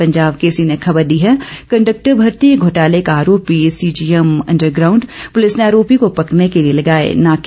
पंजाब केसरी ने खबर दी है कंडक्टर भर्ती घोटाले का आरोपी सीजीएम अंडरग्राउंड पुलिस ने आरोपी को पकड़ने के लिए लगाए नाके